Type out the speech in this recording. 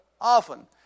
often